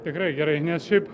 tikrai gerai nes šiaip